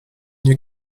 nie